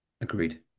Agreed